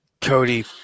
Cody